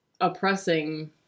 oppressing